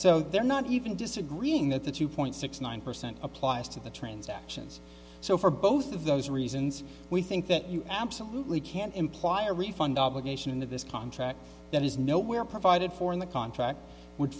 so they're not even disagreeing that the two point six nine percent applies to the transactions so for both of those reasons we think that you absolutely can't imply a refund obligation in this contract that is nowhere provided for in the contract w